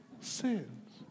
sins